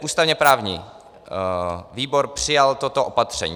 Ústavněprávní výbor přijal toto opatření.